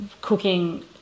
cooking